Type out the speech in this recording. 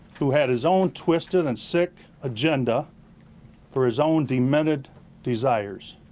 who had his own twisted and sick agenda for his own demented desires!